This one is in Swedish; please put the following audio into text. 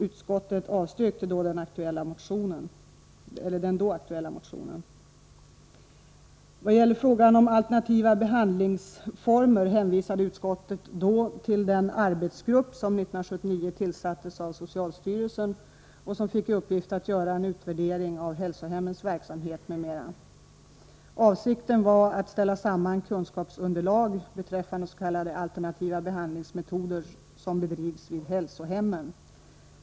Utskottet avstyrkte den då aktuella motionen. Vad gäller frågan om alternativa behandlingsformer hänvisade utskottet då till den arbetsgrupp som 1979 tillsattes av socialstyrelsen och som fick i uppgift att göra en utvärdering av hälsohemmens verksamhet m.m. Avsikten var att ställa samman kunskapsunderlag beträffande. k. alternativa behandlingsmetoder som bedrivs vid hälsohemmen.